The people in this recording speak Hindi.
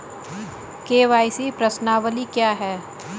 के.वाई.सी प्रश्नावली क्या है?